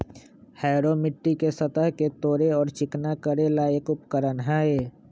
harrow मिट्टी के सतह के तोड़े और चिकना करे ला एक उपकरण हई